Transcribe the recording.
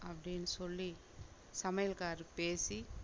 அப்படின் சொல்லி சமையல்காருக்கு பேசி